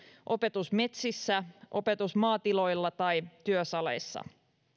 opetusmetsissä opetusmaatiloilla tai työsaleissa